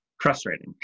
frustrating